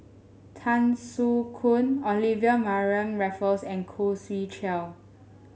Tan Soo Khoon Olivia Mariamne Raffles and Khoo Swee Chiow